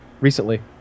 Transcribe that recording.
Recently